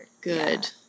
Good